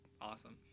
awesome